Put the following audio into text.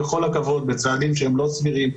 בכל הכבוד בצעדים שהם לא סבירים,